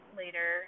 later